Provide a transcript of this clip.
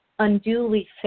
unduly